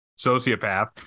sociopath